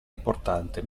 importante